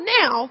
now